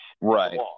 Right